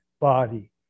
body